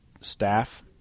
staff